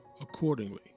accordingly